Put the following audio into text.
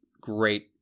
great